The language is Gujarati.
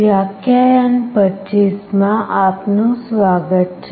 વ્યાખ્યાન 25 માં આપનું સ્વાગત છે